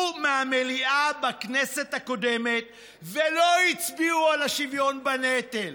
מהמליאה בכנסת הקודמת ולא הצביעו על השוויון בנטל,